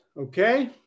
okay